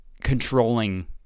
controlling